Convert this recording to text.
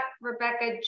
Rebecca